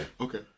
Okay